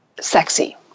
sexy